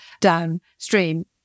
downstream